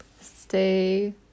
Stay